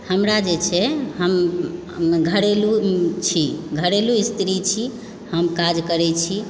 हमरा जे छै हम घरेलू छी घरेलू स्त्री छी हम काज करै छी